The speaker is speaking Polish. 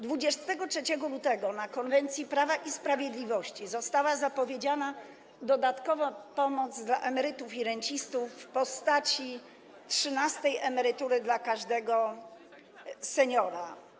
23 lutego na konwencji Prawa i Sprawiedliwości została zapowiedziana dodatkowa pomoc dla emerytów i rencistów w postaci trzynastej emerytury dla każdego seniora.